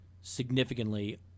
significantly